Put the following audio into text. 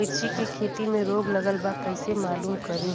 मिर्ची के खेती में रोग लगल बा कईसे मालूम करि?